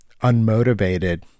unmotivated